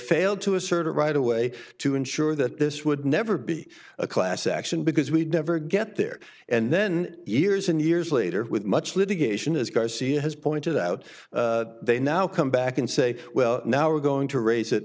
failed to assert a right away to ensure that this would never be a class action because we'd never get there and then years and years later with much litigation as garcia has pointed out they now come back and say well now we're going to raise it